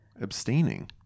Abstaining